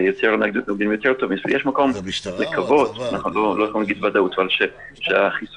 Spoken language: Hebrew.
יש מקום לקוות אנחנו לא יכולים להגיד בוודאות שהחיסון